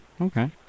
okay